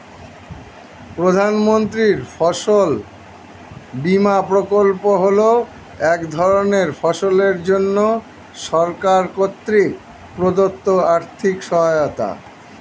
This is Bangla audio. প্রধানমন্ত্রীর ফসল বিমা প্রকল্প হল এক ধরনের ফসলের জন্য সরকার কর্তৃক প্রদত্ত আর্থিক সহায়তা